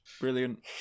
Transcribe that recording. Brilliant